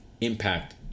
impact